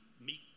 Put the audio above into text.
meet